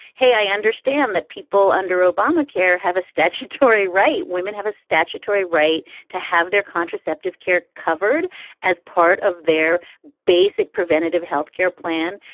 hey, i understand that people under obamacare have a statutory right. women have a statutory right to have their contraceptive care covered as part of their basic preventative health care plan.